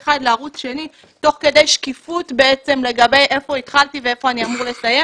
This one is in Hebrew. אחד לערוץ שני תוך כדי שקיפות לגבי איפה התחלתי ואיפה אני אמור לסיים,